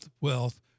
wealth